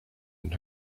and